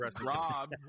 Rob